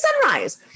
Sunrise